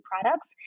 products